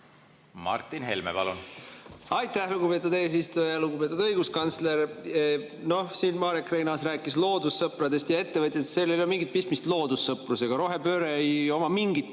Martin Helme, palun! Aitäh, lugupeetud eesistuja! Lugupeetud õiguskantsler! Siin Marek Reinaas rääkis loodussõpradest ja ettevõtjatest. Aga sellel ei ole mingit pistmist loodussõprusega, rohepöördel ei ole mingit